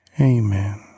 Amen